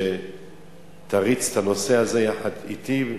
שתריץ את הנושא יחד אתי,